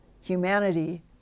humanity